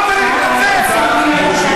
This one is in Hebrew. כושל.